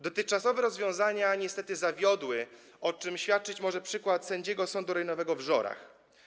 Dotychczasowe rozwiązania niestety zawiodły, o czym świadczyć może przykład sędziego Sądu Rejonowego w Żorach.